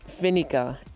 vinegar